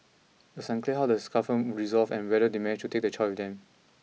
it was unclear how the scuffle resolved and whether they managed to take the child with them